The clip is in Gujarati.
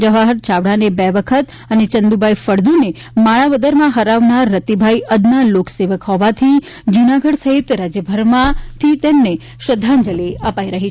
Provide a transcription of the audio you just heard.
જવાહર ચાવડાને બે વખત અને ચંદ્દભાઇ ફળદ્વને માણાવદરમાં હરાવનાર રતિભાઇ અદના લોકસેવક હોવાથી જૂનાગઢ સહિત રાજ્યભરમાંથી તેમને શ્રધ્ધાંજલિ અપાઇ રહી છે